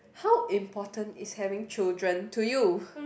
how important is having children to you